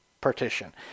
partition